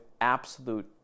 absolute